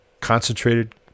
concentrated